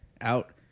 out